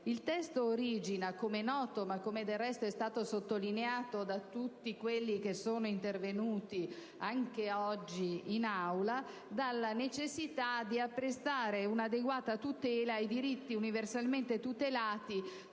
Il testo origina - come è noto e come è stato sottolineato da tutti quelli che anche oggi sono intervenuti in Aula - dalla necessità di apprestare un'adeguata tutela ai diritti universalmente tutelati